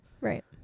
Right